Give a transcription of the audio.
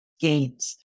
gains